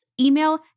email